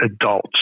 adults